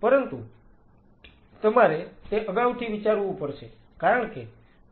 પરંતુ તમારે તે અગાઉથી વિચારવું પડશે કારણ કે